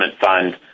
fund